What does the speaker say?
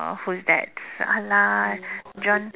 who is that uh I like John